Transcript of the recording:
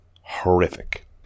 horrific